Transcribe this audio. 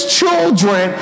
children